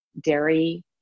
dairy